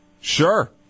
Sure